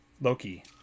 Loki